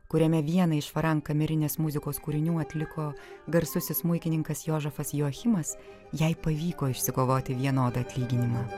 kuriame vieną iš parengti kamerinės muzikos kūrinių atliko garsusis smuikininkas juožafas joachimas jai pavyko išsikovoti vienodą atlyginimą